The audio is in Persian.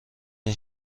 این